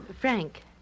Frank